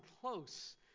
close